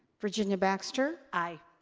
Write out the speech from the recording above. virginia baxter. aye.